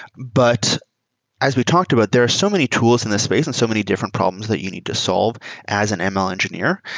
but as we talked about, there are so many tools in this space and so many different problems that you need to solve as an an ml engineer,